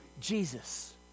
Jesus